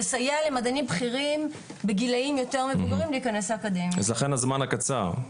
זה מסלולים שונים בתוך האקדמיה,